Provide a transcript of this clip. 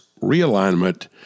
realignment